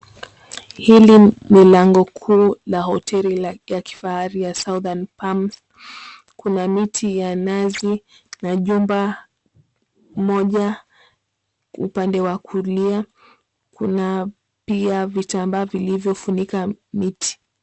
Hili ni lango kuu la hoteli ya kifahari ya Southern Palm. Kuna miti ya nazi na jumba moja upande wa kulia. Kunapia vitambaa vilivyofunika miti.